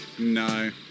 No